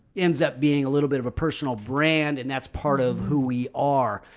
ends up being a little bit of a personal brand, and that's part of who we are.